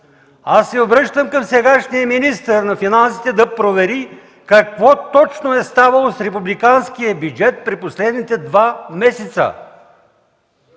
Обръщам се към сегашния министър на финансите да провери какво точно е ставало с републиканския бюджет през последните два месеца.